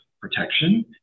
protection